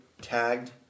tagged